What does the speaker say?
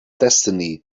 destiny